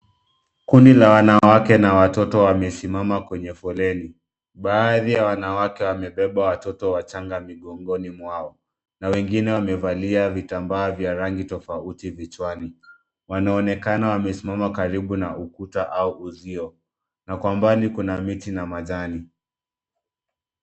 Kundi la wanawake na watoto wamesimama kwenye foleni. Baadhi ya wanawake wamebeba watoto wachanga migongoni mwao, na wengine wamevalia vimetambaa vya rangi tofauti vichwani. Wanaonekana wamesimama karibu na ukuta au uzio, na kwa umbali kuna miti na majani.